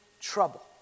trouble